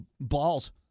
balls